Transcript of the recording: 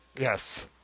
Yes